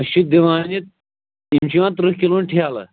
أسۍ چھِ دِوان یہِ یِم چھِ یِوان تٕرٛہ کِلوُن ٹھیلہٕ